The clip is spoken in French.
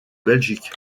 belgique